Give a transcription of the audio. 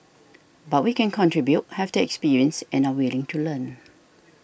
but we can contribute have the experience and are willing to learn